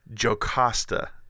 Jocasta